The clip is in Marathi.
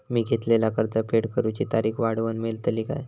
मी घेतलाला कर्ज फेड करूची तारिक वाढवन मेलतली काय?